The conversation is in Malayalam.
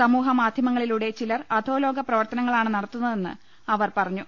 സമൂഹ മാധ്യമങ്ങളിലൂടെ ചിലർ അധോലോക പ്രവർത്ത നങ്ങളാണ് നടത്തുന്നതെന്ന് അവർ പറഞ്ഞു